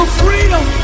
freedom